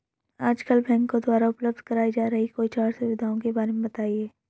आजकल बैंकों द्वारा उपलब्ध कराई जा रही कोई चार सुविधाओं के बारे में बताइए?